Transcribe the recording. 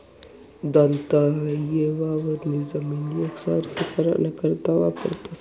दंताये वावरनी जमीन येकसारखी कराना करता वापरतंस